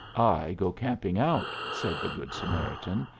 i go camping out, said the good samaritan,